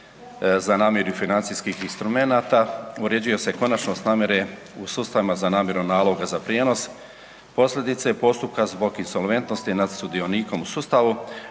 za namiru financijskih instrumenata uređuje se konačnost namire u sustavima za namiru naloga za prijenos, posljedice i postupaka zbog insolventnosti nad sudionikom u sustavu